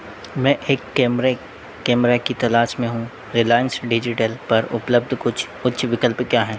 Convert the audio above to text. मैं एक कैमरे कैमरा की तलाश में हूँ रिलायंस डिजिटल पर उपलब्ध कुछ उच्च विकल्प क्या हैं